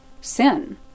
sin